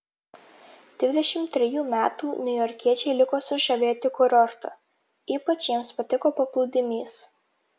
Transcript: dvidešimt trejų metų niujorkiečiai liko sužavėti kurortu ypač jiems patiko paplūdimys